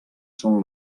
són